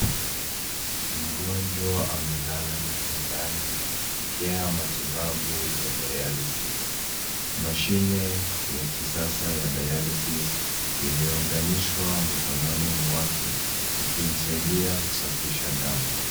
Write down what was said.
Mgonjwa amelala kitandani akipokea matibabu ya Dialysis Mashine ya kisasa ya Dialysis imeunganishwa mkononi mwake ikimsaidia kusafisha damu.